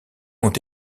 ont